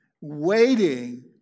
waiting